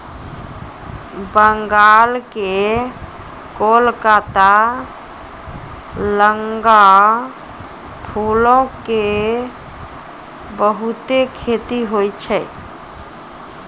बंगाल के कोलकाता लगां फूलो के बहुते खेती होय छै